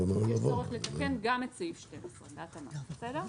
יש צורך לתקן גם את סעיף 12. בסדר?